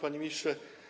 Panie Ministrze!